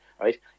right